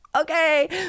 okay